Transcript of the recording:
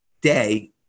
day